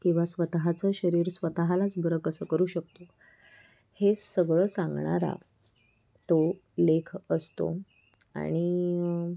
किंवा स्वतःच शरीर स्वतःलाच बरं कसं करू शकतो हे सगळं सांगणारा तो लेख असतो आणि